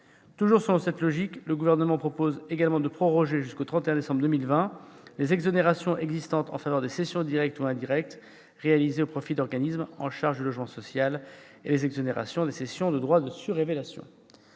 Toujours dans cette logique, le Gouvernement propose également de proroger jusqu'au 31 décembre 2020 à la fois les exonérations existantes en faveur des cessions directes ou indirectes réalisées au profit d'organismes en charge du logement social et les exonérations des cessions de droits de surélévation.